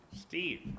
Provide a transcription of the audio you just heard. Steve